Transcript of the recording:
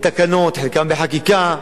בתקנות, חלקן בחקיקה,